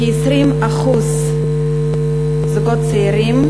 כ-20% מהזוגות הצעירים,